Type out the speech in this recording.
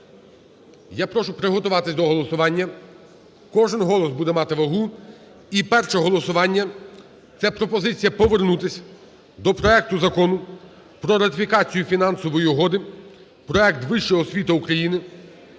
Я прошу приготуватись до голосування. Кожен голос буде мати вагу. І перше голосування – це пропозиція повернутись до проекту Закону про ратифікацію Фінансової угоди (Проект "Вища освіта України")